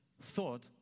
thought